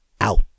out